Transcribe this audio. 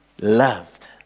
loved